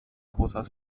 großer